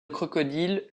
crocodiles